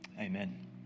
Amen